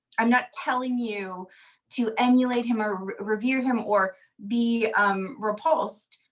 i'm not telling you to emulate him or review him or be repulsed.